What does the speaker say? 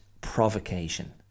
provocation